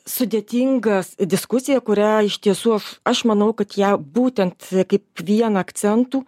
sudėtingas diskusija kurią iš tiesų aš manau kad ją būtent kaip vieną akcentų